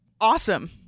awesome